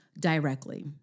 directly